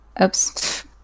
Oops